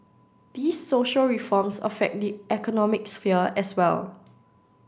these social reforms affect the economic sphere as well